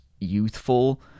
youthful